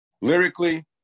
Lyrically